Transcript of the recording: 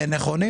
נכונים?